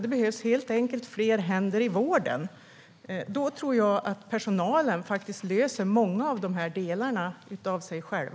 Det behövs helt enkelt fler händer i vården. Då tror jag att personalen löser mycket av det här själv.